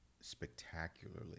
spectacularly